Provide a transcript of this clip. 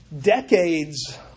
decades